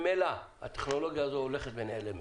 ממילא הטכנולוגיה הזו הולכת ונעלמת,